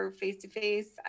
face-to-face